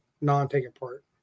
non-take-apart